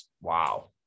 Wow